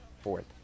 fourth